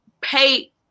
pay